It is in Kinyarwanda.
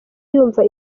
yumva